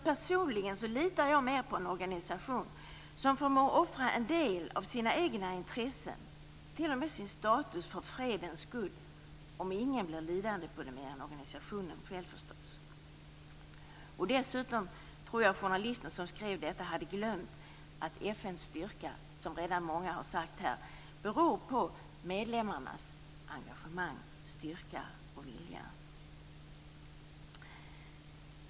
Personligen litar jag mer på en organisation som förmår offra en del av sina egna intressen och t.o.m. sin status för fredens skull, om ingen blir lidande mer än organisationen själv, förstås. Dessutom tror jag att journalisten som skrev detta hade glömt att FN:s styrka, vilket många redan har sagt, beror på medlemmarnas engagemang, styrka och vilja.